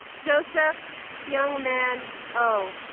joseph hyungmin oh